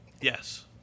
Yes